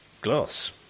glass